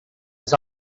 his